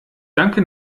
danke